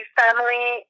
family